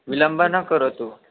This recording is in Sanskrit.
विलम्बं न करोतु